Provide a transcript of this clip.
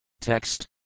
Text